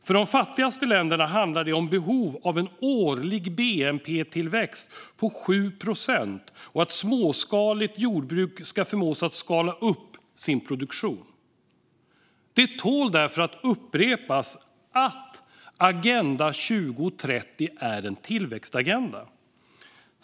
För de fattigaste länderna handlar det om behov av en årlig bnp-tillväxt på 7 procent och att småskaligt jordbruk ska förmås att skala upp sin produktion. Det tål därför att upprepas att Agenda 2030 är en tillväxtagenda.